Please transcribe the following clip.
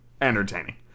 entertaining